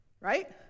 Right